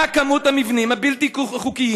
מה כמות המבנים הבלתי-חוקיים,